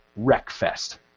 Wreckfest